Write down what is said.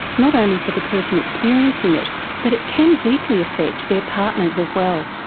not only for the person experiencing it but it can deeply affect their partners as well.